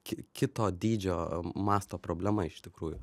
ki kito dydžio masto problema iš tikrųjų